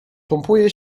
pompuje